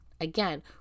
Again